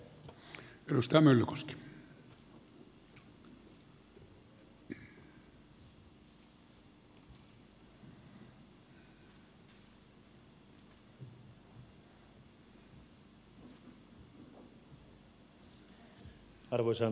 arvoisa herra puhemies